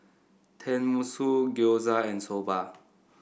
Tenmusu Gyoza and Soba